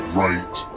right